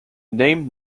name